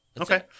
Okay